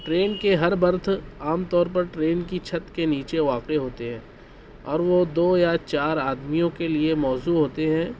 train کے ہر berth عام طور پر ٹرین کی چھت کے نیچے واقع ہوتے ہیں اور وہ دو یا چار آدمیوں کے لیے موزوں ہوتے ہیں